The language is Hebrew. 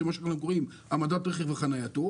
של מה שאנחנו קוראים העמדת רכב וחנייתו.